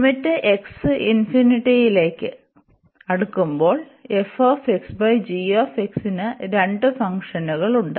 limit x ഇൻഫിനിറ്റിയിലേക്കു അടുക്കുമ്പോൾ നു രണ്ട് ഫംഗ്ഷനുകളുണ്ട്